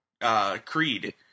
Creed